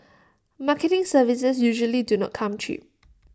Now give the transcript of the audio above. marketing services usually do not come cheap